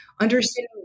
understanding